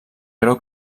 creu